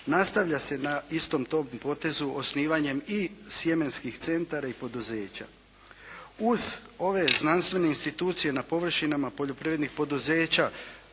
Nastavlja se na istom tom potezu osnivanjem i sjemenskih centara i poduzeća. Uz ove znanstvene institucije na površinama poljoprivrednih poduzeća